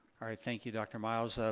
alright, thank you, dr. miles. ah